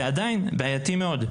ועדיין בעייתי מאוד.